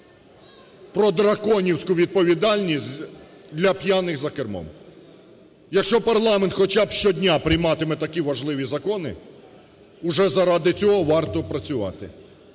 про драконівську відповідальність для п'яних за кермом. Якщо парламент хоча б щодня прийматиме такі важливі закони, вже заради цього варто працювати,